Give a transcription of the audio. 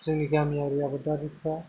जोंनि गामियारि आबादारिफ्रा